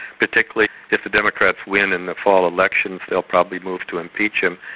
particularly if the democrats win in the fall elections, they'll probably move to impeach him.